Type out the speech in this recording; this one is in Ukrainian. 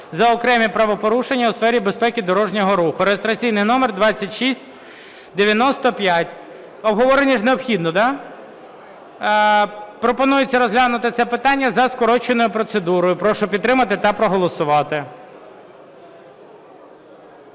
за окремі правопорушення у сфері безпеки дорожнього руху (реєстраційний номер 2695). Обговорення ж необхідне, да? Пропонується розглянути це питання за скороченою процедурою. Прошу підтримати та проголосувати.